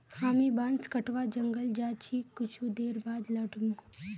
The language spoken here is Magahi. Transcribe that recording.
हामी बांस कटवा जंगल जा छि कुछू देर बाद लौट मु